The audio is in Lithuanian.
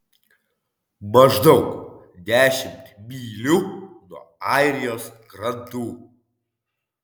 maždaug dešimt mylių nuo airijos krantų